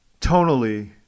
Tonally